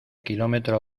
kilómetro